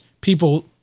people